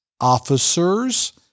officers